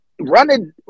running